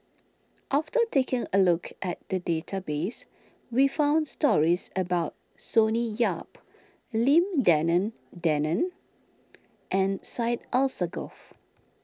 after taking a look at the database we found stories about Sonny Yap Lim Denan Denon and Syed Alsagoff